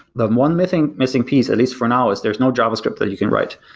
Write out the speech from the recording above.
the one missing missing piece, at least for now, is there's no javascript that you can write.